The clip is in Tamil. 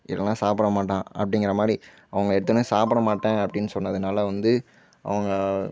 இல்லைனா சாப்பிட மாட்டான் அப்படிங்கிறமாரி அவங்க எடுத்தவுடன சாப்பிட மாட்டேன் அப்படினு சொன்னதனால வந்து அவங்க